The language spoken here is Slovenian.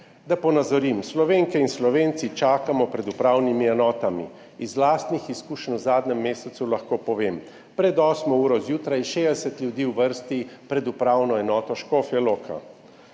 Da ponazorim. Slovenke in Slovenci čakamo pred upravnimi enotami. Iz lastnih izkušenj v zadnjem mesecu lahko povem, pred osmo uro zjutraj 60 ljudi v vrsti pred Upravno enoto Škofja Loka.